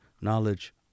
knowledge